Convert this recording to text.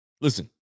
Listen